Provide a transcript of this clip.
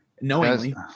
Knowingly